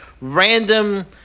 random